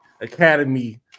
academy